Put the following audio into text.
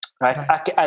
right